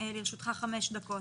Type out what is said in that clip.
לרשותך חמש דקות.